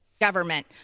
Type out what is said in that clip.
Government